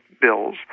bills